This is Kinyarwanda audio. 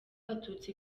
abatutsi